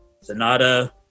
Sonata